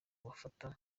bafata